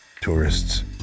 tourists